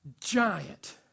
giant